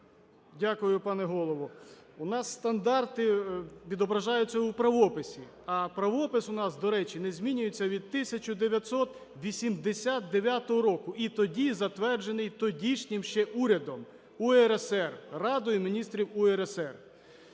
Дякую, пане голово. У нас стандарти відображаються у правописі. А правопис у нас, до речі, не змінюється від 1989 року, і тоді затверджений тодішнім ще урядом УРСР, Радою міністрів УРСР.